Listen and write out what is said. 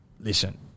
listen